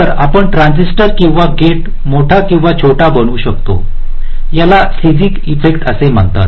तर आपण ट्रान्झिस्टर किंवा गेट मोठा किंवा छोटा बनवू शकता याला साइझिंग असे म्हणतात